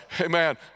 Amen